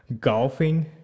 golfing